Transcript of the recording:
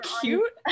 cute